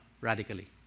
radically